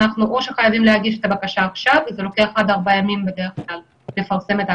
ון בזה שר הבריאות יקבע נוהל נפרד רק לגבי